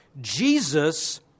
Jesus